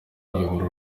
kuyobora